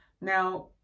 Now